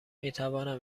میتوانم